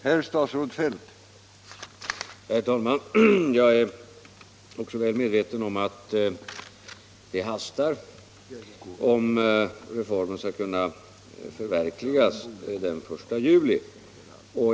Herr talman! Jag är också väl medveten om att det hastar om reformen skall kunna förverkligas den 1 juli.